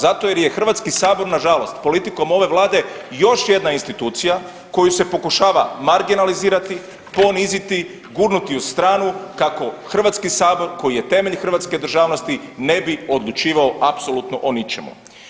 Zato jer je Hrvatski sabor na žalost politikom ove Vlade još jedna institucija koju se pokušava marginalizirati, poniziti, gurnuti u stranu kako Hrvatski sabor koji je temelj hrvatske državnosti ne bi odlučivao apsolutno o ničemu.